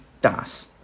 Das